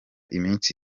iminsi